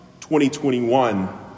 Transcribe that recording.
2021